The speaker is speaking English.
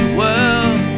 world